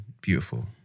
beautiful